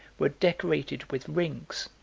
were decorated with rings